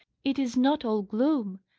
it is not all gloom,